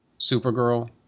supergirl